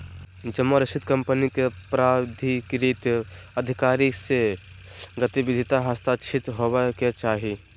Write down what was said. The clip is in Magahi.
जमा रसीद कंपनी के प्राधिकृत अधिकारी से विधिवत हस्ताक्षरित होबय के चाही